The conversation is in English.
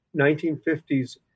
1950s